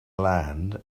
land